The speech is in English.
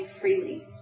freely